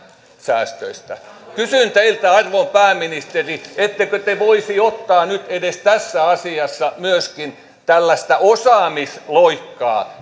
säästöistä kysyn teiltä arvon pääministeri ettekö te voisi ottaa nyt edes tässä asiassa myöskin tällaista osaamisloikkaa